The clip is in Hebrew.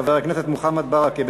חבר הכנסת מוחמד ברכה,